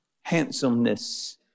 handsomeness